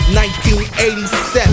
1987